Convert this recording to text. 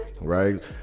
right